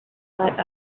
let